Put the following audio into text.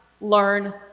learn